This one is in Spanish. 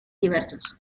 diversos